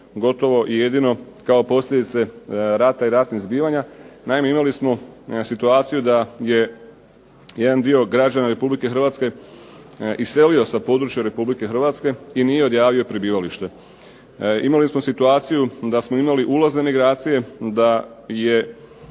gotovo i jedino kao posljedice rata i ratnih zbivanja. Naime, imali smo situaciju da je jedan dio građana Republike Hrvatske iselio sa područja Republike Hrvatske i nije odjavio prebivalište. Imali smo situaciju da smo imali ulaz emigracije, da su